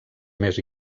més